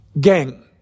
Gang